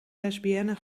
lesbienne